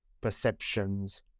perceptions